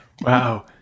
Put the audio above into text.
Wow